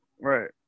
Right